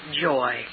joy